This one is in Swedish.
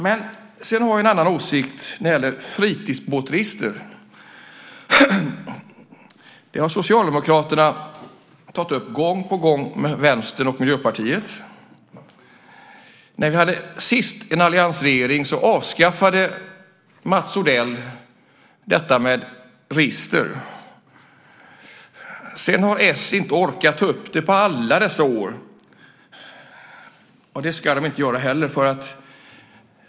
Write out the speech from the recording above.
Men jag har en annan åsikt när det gäller fritidsbåtsregister. Socialdemokraterna har tagit upp denna fråga gång på gång med Vänstern och Miljöpartiet. Senast vi hade en alliansregering avskaffade Mats Odell registret. Sedan har s under alla dessa år inte orkat ta upp frågan. Det ska de inte göra heller.